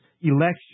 election